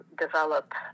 develop